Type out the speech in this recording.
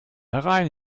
herein